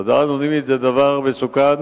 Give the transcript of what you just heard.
הודעה אנונימית זה דבר מסוכן